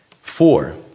Four